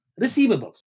receivables